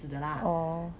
oh